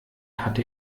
hatte